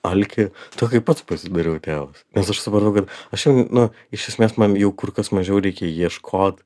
alkį to kai pats pasidariau tėvas nes aš supratau kad aš jau nu iš esmės man jau kur kas mažiau reikia ieškot